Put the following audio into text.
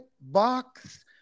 box